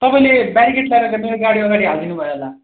तपाईँले बेरिकेड ल्याएर चाहिँ मेरो गाडी अगाडि हालिदिनु भयो होला